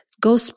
go